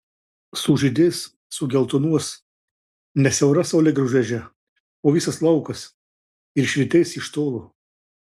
sužydės sugeltonuos ne siaura saulėgrąžų ežia o visas laukas ir švytės iš tolo